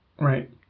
Right